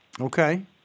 Okay